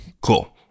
cool